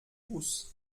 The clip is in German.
ruß